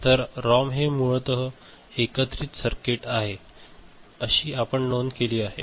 तर रॉम ही मूलत एकत्रित सर्किट आहे अशी आपण नोंद केली आहे